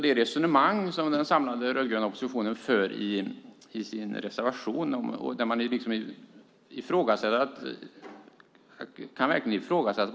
Det resonemang som den samlade rödgröna oppositionen för i sin reservation kan ifrågasättas.